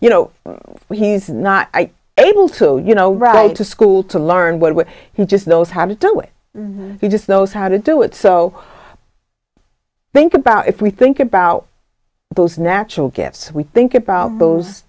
you know when he's not able to you know ride to school to learn what he just knows how to do it he just knows how to do it so think about if we think about those natural gifts we think about those